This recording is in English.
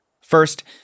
First